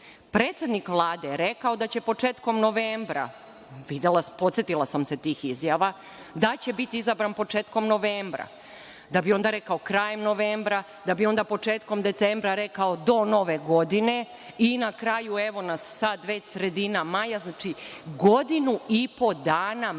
Predsednik Vlade jhe rekao da će početkom decembra, podsetila sam se tih izjava, da će biti izabran početkom novembra, da bi onda rekao krajem novembra, da bi onda početkom decembra rekao do nove godine i na kraju evo nas sada sredina maja, znači godinu i po dana mi